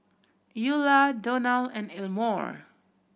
Eula Donal and Elmore